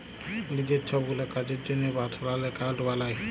লিজের ছবগুলা কাজের জ্যনহে পার্সলাল একাউল্ট বালায়